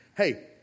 Hey